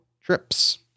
trips